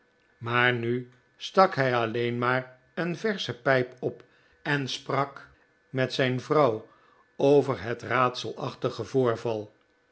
maar nu stak hij alleen maar een versche pijp op en sprak met zijn vrouw over het raadselachtige voorval